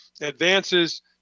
advances